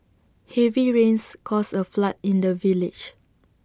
heavy rains caused A flood in the village